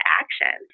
action